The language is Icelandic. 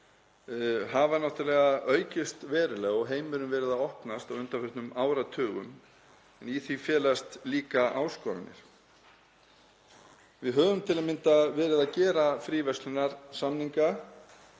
hafa náttúrlega aukist verulega og heimurinn verið að opnast á undanförnum áratugum en í því felast líka áskoranir. Við höfum til að mynda verið að gera fríverslunarsamninga